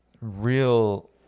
real